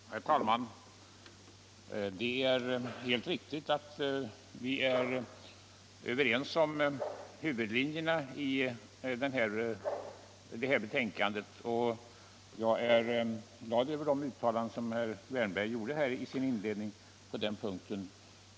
Herr talman! Det är helt riktigt att vi är överens om huvudlinjerna i den här frågan, och jag är glad över de uttalanden som herr Wärnberg gjorde på den punkten i sin inledning.